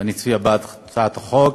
ואני אצביע בעד הצעת החוק,